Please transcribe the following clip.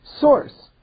source